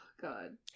God